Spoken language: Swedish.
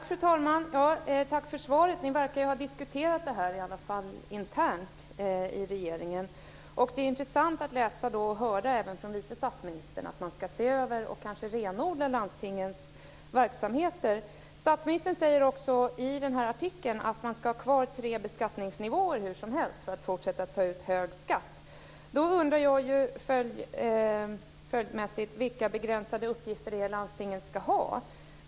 Fru talman! Tack för svaret. Ni verkar ju att ha diskuterat det här, i alla fall internt, i regeringen. Det är intressant att höra även från vice statsministern att man ska se över och kanske renodla landstingens verksamheter. Statsministern säger också i den här artikeln att man hur som helst ska ha kvar tre beskattningsnivåer för att fortsätta att ta ut hög skatt.